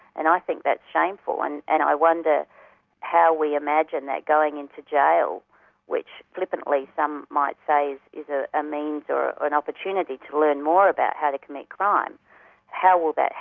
and i think that's shameful, and and i wonder how we imagine that going into jail which flippantly some might say is a ah ah means or an opportunity to learn more about how to commit crime how will that